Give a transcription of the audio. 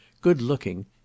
good-looking